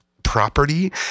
property